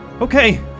Okay